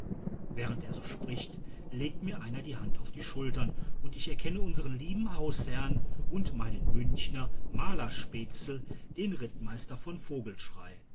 während er so spricht legt mir einer die hand auf die schultern und ich erkenne unsern lieben hausherrn und meinen münchener maler spezl den rittmeister von